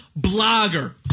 blogger